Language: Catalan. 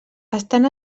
estan